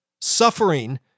suffering